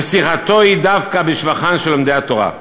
ושיחתו היא דווקא בשבחם של לומדי התורה.